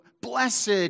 blessed